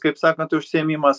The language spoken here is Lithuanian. kaip sakant užsiėmimas